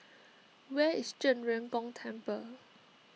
where is Zhen Ren Gong Temple